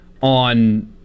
on